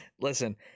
Listen